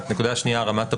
שנית, רמת הפירוט.